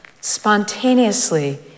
Spontaneously